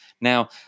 Now